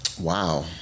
Wow